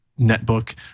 netbook